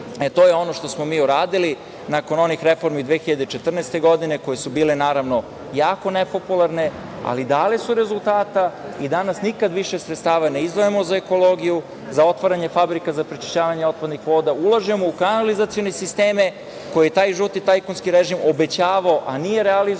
To je ono što smo mi uradili nakon onih reformi 2014. godine koje su bile jako nepopularne, ali dale su rezultata i danas nikad više sredstava ne izdvajamo za ekologiju, za otvaranje fabrika za prečišćavanje otpadnih voda. Ulažemo u kanalizacione sisteme koji je taj žuti tajkunski režim obećavao a nije realizovao.